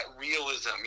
realism